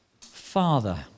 Father